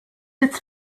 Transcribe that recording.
its